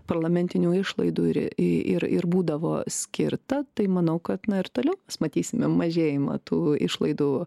parlamentinių išlaidų ir ir ir būdavo skirta tai manau kad na ir toliau mes matysime mažėjimą tų išlaidų